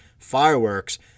fireworks